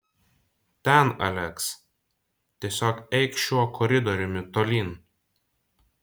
ten aleks tiesiog eik šiuo koridoriumi tolyn